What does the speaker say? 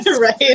Right